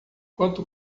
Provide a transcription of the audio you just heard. quanto